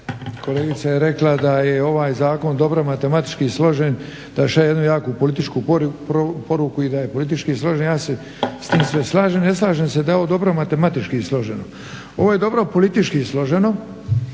Kolegica je rekla da je ovaj zakon dobro matematički složen, da šalje jednu jaku političku poruku i da je politički složen, ja se s tim sve slažem. Ne slažem se da je on dobro matematički složen. Ovo je dobro politički složeno